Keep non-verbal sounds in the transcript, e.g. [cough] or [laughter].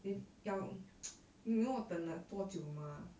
then 要 [noise] you know 我等了多久吗